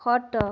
ଖଟ